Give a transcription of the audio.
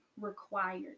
required